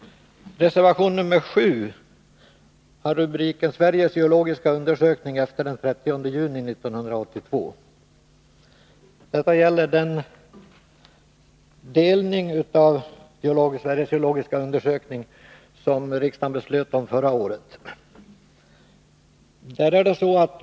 Reservation nr 7 har rubriken ”Sveriges geologiska undersökning efter den 30 juni 1982”. Det gäller här den delning av Sveriges geologiska undersökning som riksdagen beslöt om förra året.